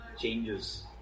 changes